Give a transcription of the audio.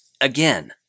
Again